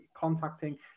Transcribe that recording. contacting